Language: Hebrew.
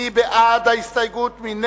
מי בעד ההסתייגות?